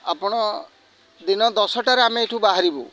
ଆପଣ ଦିନ ଦଶଟାରେ ଆମେ ଏଠୁ ବାହାରିବୁ